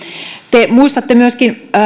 te muistatte myöskin